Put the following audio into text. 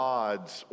God's